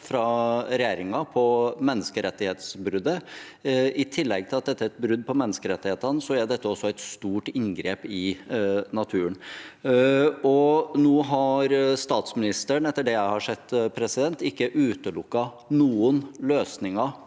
fra regjeringen angående menneskerettighetsbruddet. I tillegg til at dette er et brudd på menneskerettighetene, er det også et stort inngrep i naturen. Statsministeren har – etter det jeg har sett – ikke utelukket noen løsninger